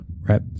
Right